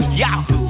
yahoo